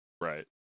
right